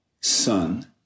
son